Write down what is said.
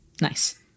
Nice